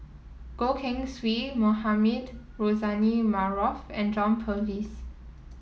Goh Keng Swee Mohamed Rozani Maarof and John Purvis